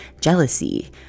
jealousy